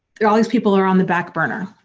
they're. all these people are on the back burner.